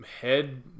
head